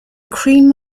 cream